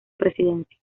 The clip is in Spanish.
presidencia